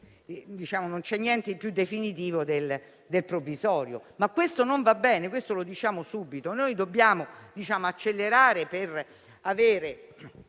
non c'è niente più definitivo del provvisorio), ma questo non va bene, e lo diciamo subito. Dobbiamo accelerare per addivenire